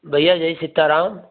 भैया जय सीता राम